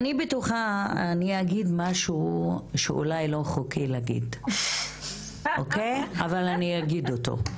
גיד משהו שאולי לא חוקי להגיד, אבל אני אגיד אותו.